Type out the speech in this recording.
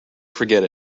forget